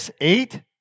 eight